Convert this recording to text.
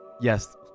yes